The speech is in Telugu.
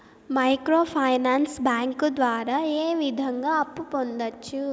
మైక్రో ఫైనాన్స్ బ్యాంకు ద్వారా ఏ విధంగా అప్పు పొందొచ్చు